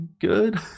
good